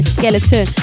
Skeleton